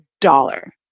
dollar